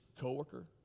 coworker